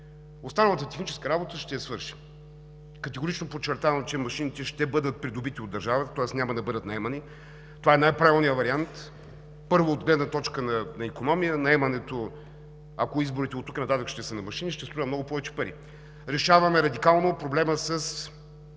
останалата техническа работа ще я свършим. Категорично подчертавам, че машините ще бъдат придобити от държавата, тоест няма да бъдат наемани. Това е най-правилният вариант, първо, от гледна точка на икономия. Наемането, ако изборите оттук нататък ще са на машини, ще струва много повече пари. Решаваме радикално проблема с